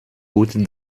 goutte